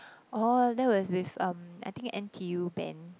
orh that was with uh I think N_T_U band